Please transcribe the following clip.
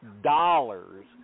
dollars